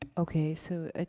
um okay, so,